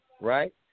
right